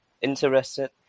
interested